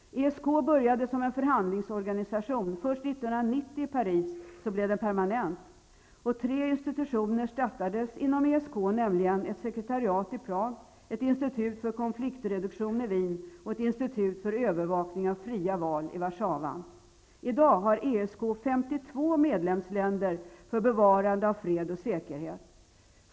ESK började som en förhandlingsorganisation. Först 1990 i Paris blev den permanent. Tre institutioner startades inom ESK, nämligen ett sekretariat i Prag, ett institut för konfliktreduktion i Wien och ett institut för övervakning av fria val i I dag har ESK 52 medlemsländer för bevarande av fred och säkerhet.